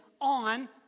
on